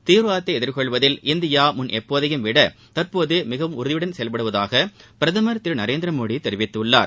தீவிரவாதத்தை எதிர்கொள்வதில் இந்தியா முன் எப்போதையும்விட தற்போது மிகவும் உறுதியுடன் செயல்படுவதாக பிரதமர் திரு நரேந்திர மோடி தெரிவித்துள்ளார்